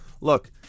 Look